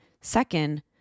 Second